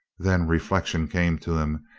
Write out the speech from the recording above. then reflection came to him,